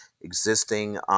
existing